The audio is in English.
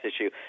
issue